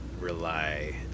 rely